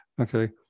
Okay